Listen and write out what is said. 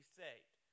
saved